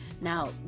Now